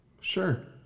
Sure